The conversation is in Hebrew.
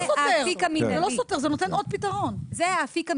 וזה האפיק המינהלי.